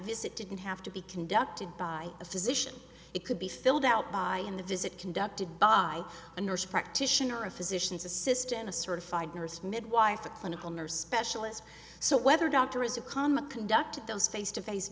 visit didn't have to be conducted by a physician it could be filled out by on the visit conducted by a nurse practitioner a physician's assistant a certified nurse midwife a clinical nurse specialist so whether doctor is a comma conducted those face to face